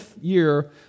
year